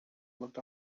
looked